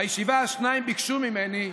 בישיבה השניים ביקשו ממני,